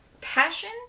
passion